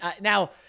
now –